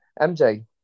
MJ